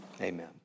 Amen